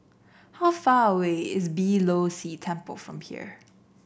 how far away is Beeh Low See Temple from here